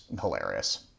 hilarious